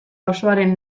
osoaren